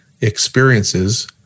experiences